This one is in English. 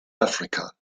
africa